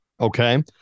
okay